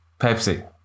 Pepsi